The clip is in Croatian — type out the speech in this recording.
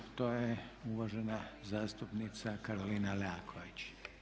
To je uvažena zastupnica Karolina Leaković.